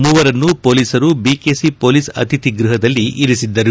ಮೂವರನ್ನು ಪೊಲೀಸರು BKC police ಅತಿಥಿ ಗೃಹದಲ್ಲಿ ಇರಿಸಿದ್ದರು